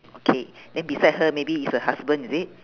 okay then beside her maybe is her husband is it